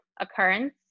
occurrence